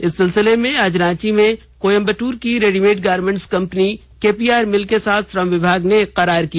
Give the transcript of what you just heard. इस सिलसिले में आज रांची में कोयम्बटूर की readymade garments company KPR mill के साथ श्रम विभाग ने एक करार किया